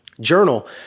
journal